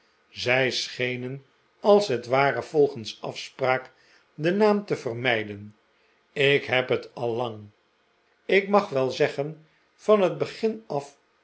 zij schenen als het ware volgens afspraak den naam te vermijden ik heb het al lang ik mag wel zeggen van het begin af